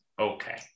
Okay